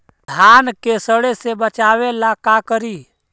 धान के सड़े से बचाबे ला का करि?